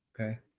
Okay